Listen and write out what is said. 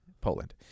Poland